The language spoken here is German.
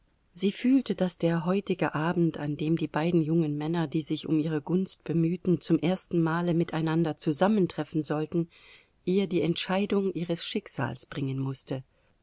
sie fühlte daß der heutige abend an dem die beiden jungen männer die sich um ihre gunst bemühten zum ersten male miteinander zusammentreffen sollten ihr die entscheidung ihres schicksals bringen mußte